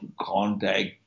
contact